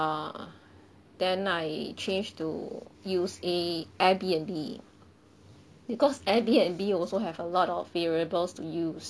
err then I change to use A Airbnb because Airbnb also have a lot of variables to use